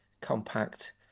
compact